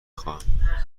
خواهم